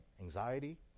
anxiety